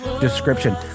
description